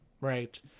Right